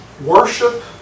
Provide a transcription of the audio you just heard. Worship